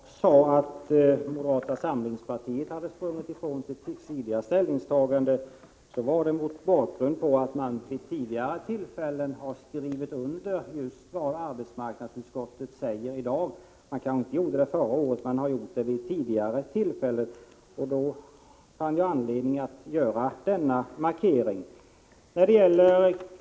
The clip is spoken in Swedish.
Herr talman! När jag sade att moderata samlingspartiet hade sprungit ifrån sitt tidigare ställningstagande var det mot bakgrund av att man vid tidigare tillfällen har skrivit under just vad arbetsmarknadsutskottet säger i dag; man kanske inte gjorde det förra året, men man har gjort det tidigare. Därför fann jag anledning att göra denna markering.